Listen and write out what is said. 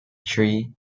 tree